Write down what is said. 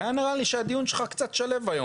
כי היה נראה לי שהדיון שלך קצת שלו היום.